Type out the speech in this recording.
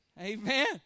Amen